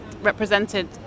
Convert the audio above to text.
represented